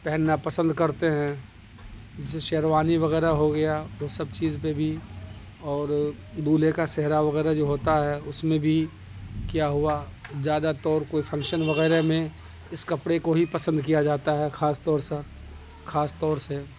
پہننا پسند کرتے ہیں جیسے شیروانی وغیرہ ہو گیا وہ سب چیز پہ بھی اور دولہے کا سہرا وغیرہ جو ہوتا ہے اس میں بھی کیا ہوا زیادہ طور کوئی فنکشن وغیرہ میں اس کپڑے کو ہی پسند کیا جاتا ہے خاص طور سے خاص طور سے